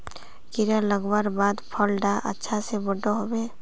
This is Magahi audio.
कीड़ा लगवार बाद फल डा अच्छा से बोठो होबे?